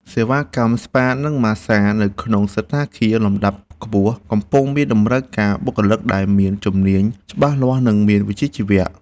សេវាកម្មស្ប៉ានិងម៉ាស្សានៅក្នុងសណ្ឋាគារលំដាប់ខ្ពស់កំពុងមានតម្រូវការបុគ្គលិកដែលមានជំនាញច្បាស់លាស់និងមានវិជ្ជាជីវៈ។